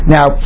Now